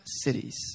cities